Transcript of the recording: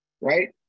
right